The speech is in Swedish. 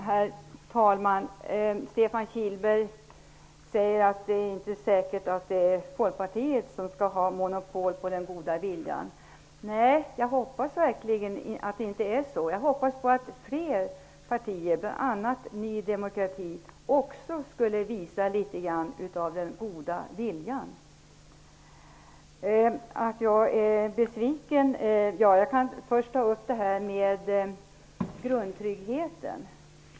Herr talman! Stefan Kihlberg säger att det inte är säkert att Folkpartiet skall ha monopol på den goda viljan. Jag hoppas verkligen att det inte är så. Jag hoppas att flera partier, bl.a. Ny demokrati, också visar litet grand av god vilja. När det gäller min besvikelse kan jag först ta upp detta med grundtryggheten.